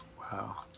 Wow